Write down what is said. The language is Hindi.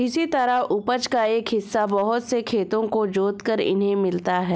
इसी तरह उपज का एक हिस्सा बहुत से खेतों को जोतकर इन्हें मिलता है